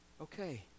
okay